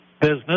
business